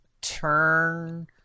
turn